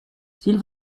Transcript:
s’il